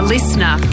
Listener